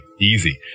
easy